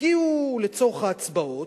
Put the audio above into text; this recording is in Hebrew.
הגיעו לצורך ההצבעות,